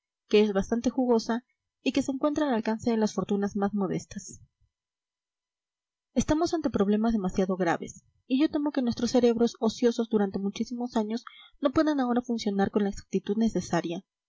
que es bastante jugosa y que se encuentra al alcance de las fortunas más modestas estamos ante problemas demasiado graves y yo temo que nuestros cerebros ociosos durante muchísimos años no puedan ahora funcionar con la exactitud necesaria